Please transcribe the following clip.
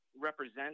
represent